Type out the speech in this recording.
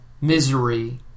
misery